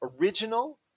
original